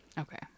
Okay